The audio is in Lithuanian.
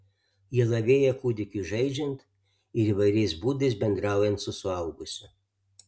jie lavėja kūdikiui žaidžiant ir įvairiais būdais bendraujant su suaugusiu